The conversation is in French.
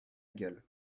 gueule